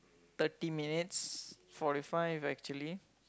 thirty minutes forty five actually